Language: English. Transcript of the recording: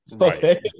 Okay